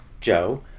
Joe